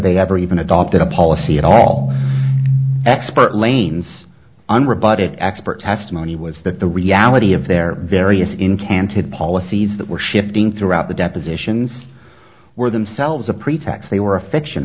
they ever even adopted a policy at all expert lane's unrebutted expert testimony was that the reality of their various in canted policies that were shifting throughout the depositions were themselves a pretext they were a fiction